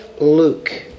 Luke